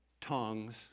tongues